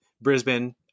brisbane